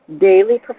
daily